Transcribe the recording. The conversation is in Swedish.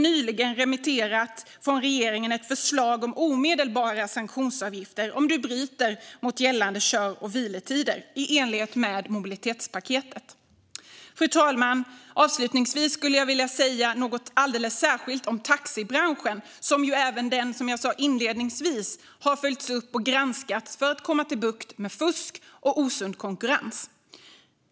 Nyligen remitterade regeringen också ett förslag om omedelbara sanktionsavgifter om du bryter mot gällande kör och vilotider, i enlighet med mobilitetspaketet. Fru talman! Avslutningsvis vill jag säga något särskilt om taxibranschen. Även den har ju, som jag sa inledningsvis, följts upp och granskats för att komma till rätta med fusk och osund konkurrens.